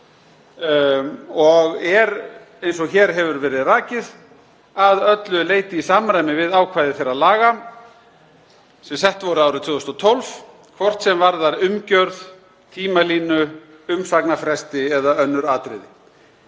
og er, eins og hér hefur verið rakið, að öllu leyti í samræmi við ákvæði þeirra laga sem sett voru árið 2012, hvort sem varðar umgjörð, tímalínu, umsagnarfresti eða önnur atriði.